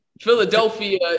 Philadelphia